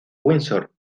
windsor